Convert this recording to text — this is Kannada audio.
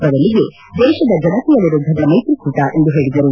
ಬದಲಿಗೆ ದೇತದ ಜನತೆಯ ವಿರುದ್ದದ ಮೈತ್ರಿಕೂಟ ಎಂದು ಹೇಳದರು